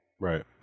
Right